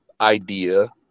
idea